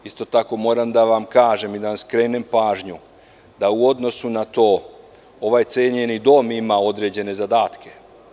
Isto tako moram da vam kažem i da vam skrenem pažnju da u odnosu na to ovaj cenjeni odnos ima određene zadatke.